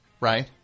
right